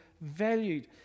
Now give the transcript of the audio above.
valued